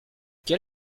quel